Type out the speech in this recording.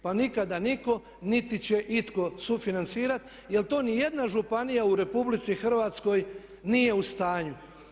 Pa nikada nitko niti će itko sufinancirati, jer to ni jedna županija u Republici Hrvatskoj nije u stanju.